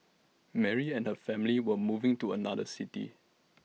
Mary and her family were moving to another city